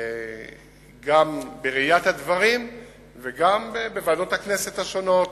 גם בראיית הדברים וגם בוועדות הכנסת השונות,